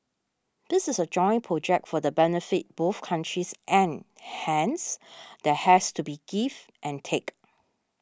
this is a joint project for the benefit both countries and hence there has to be give and take